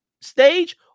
stage